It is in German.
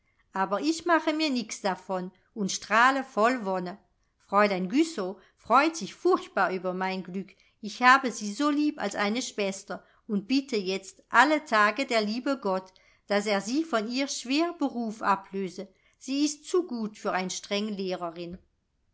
aber ich mache mir nix davon und strahle voll wonne fräulein güssow freut sich furchtbar über mein glück ich habe sie so lieb als eine schwester und bitte jetzt alle tag der liebe gott daß er sie von ihr schwer beruf ablöse sie ist zu gut für ein streng lehrerin